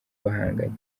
bahanganye